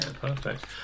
perfect